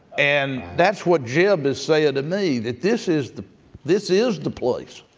and that's what jeb is saying to me, that this is the this is the place,